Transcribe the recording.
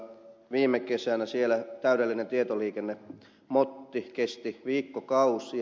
viime kesänä siellä täydellinen tietoliikennemotti kesti viikkokausia